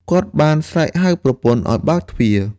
គាត់បានស្រែកហៅប្រពន្ធឱ្យបើកទ្វារ។